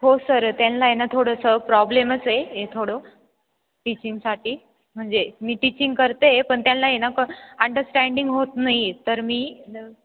हो सर त्यांना आहे ना थोडंसं प्रॉब्लेमच आहे हे थोडं टीचिंगसाठी म्हणजे मी टिचिंग करते आहे पण त्यांना आहे ना क अंडरस्टँडिंग होत नाही आहे तर मी न